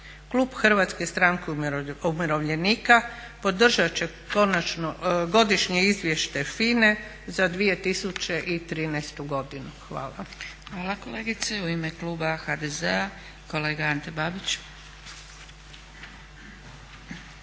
Klub Hrvatske stranke umirovljenika podržat će Godišnje izvješće FINA-e za 2013. godinu. Hvala. **Zgrebec, Dragica (SDP)** Hvala kolegice. U ime kluba HDZ-a kolega Ante Babić.